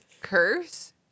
curse